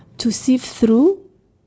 to see through